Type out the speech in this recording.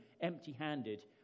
empty-handed